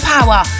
Power